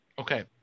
Okay